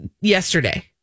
yesterday